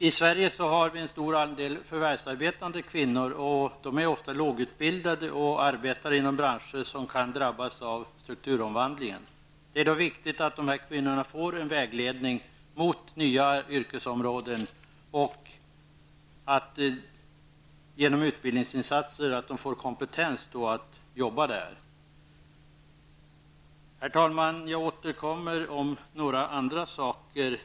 I Sverige har vi en stor andel förvärvsarbetande kvinnor. De är ofta lågutbildade och arbetar inom branscher som kan drabbas av strukturomvandling. Det är viktigt att dessa kvinnor får vägledning mot nya yrkesområden och att de genom utbildningsinsatser får den kompetens som behövs för dessa jobb. Herr talman! Jag återkommer till några andra saker.